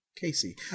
Casey